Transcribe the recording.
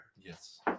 Yes